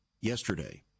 yesterday